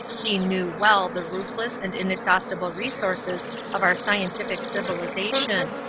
he knew well the ruthless and inexhaustible resources of our scientific civilization.